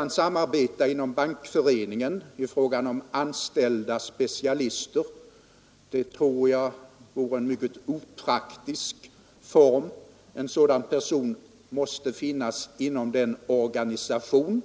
Att samarbeta inom Bankföreningen i fråga om anställda specialister tror jag vore en mycket opraktisk form. Sådana personer måste finnas inom den organisation